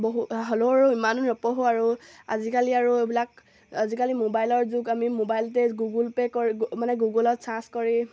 পঢ়োঁ হ'লেও আৰু ইমানো নপঢ়ো আৰু আজিকালি আৰু এইবিলাক আজিকালি মোবাইলৰ যুগ আমি মোবাইলতে গুগল পে' কৰি মানে গুগুলত চাৰ্চ কৰি